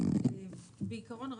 בעיקרון,